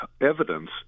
evidence